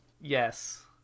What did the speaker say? Yes